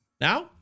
Now